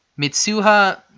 Mitsuha